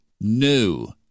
New